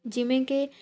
ਜਿਵੇਂ ਕਿ